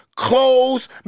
Clothes